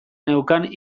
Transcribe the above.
neukan